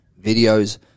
videos